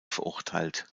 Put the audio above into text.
verurteilt